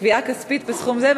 תביעה כספית בסכום זה,